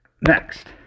Next